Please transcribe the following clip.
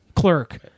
clerk